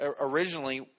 Originally